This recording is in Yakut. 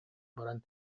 баран